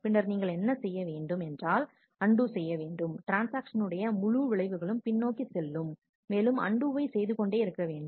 பின்னர் நீங்கள் என்ன செய்ய வேண்டும் என்றால் அண்டு செய்ய வேண்டும் ட்ரான்ஸ்ஆக்ஷன் உடைய முழு விளைவுகளும் பின்னோக்கி செல்லும் மேலும் அண்டுவை செய்து கொண்டே இருக்க வேண்டும்